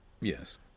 Yes